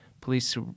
Police